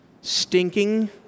stinking